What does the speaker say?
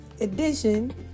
edition